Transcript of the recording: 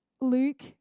Luke